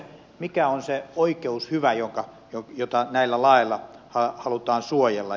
mikä on se oikeushyvä jota näillä laeilla halutaan suojella